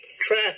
track